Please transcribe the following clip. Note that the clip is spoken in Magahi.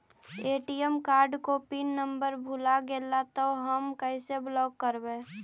ए.टी.एम कार्ड को पिन नम्बर भुला गैले तौ हम कैसे ब्लॉक करवै?